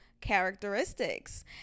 characteristics